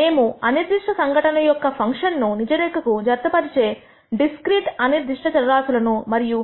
మేము అనిర్దిష్ట సంఘటన యొక్క ఫంక్షన్ ను నిజరేఖకు జతపరిచే డిస్క్రీట్ అనిర్దిష్ట చర రాశులను మరియు